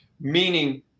meaning